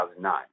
2009